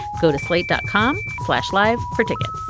go to slate dot com fleshlight for tickets